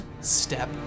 step